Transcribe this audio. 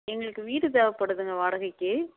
எங்களுக்கு வீடு தேவைப்படுதுங்க வாடகைக்கு